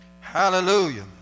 Hallelujah